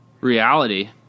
reality